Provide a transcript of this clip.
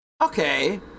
Okay